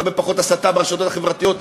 הרבה פחות הסתה ברשתות החברתיות,